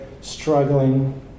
struggling